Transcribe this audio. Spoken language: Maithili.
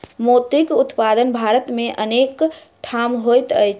मोतीक उत्पादन भारत मे अनेक ठाम होइत अछि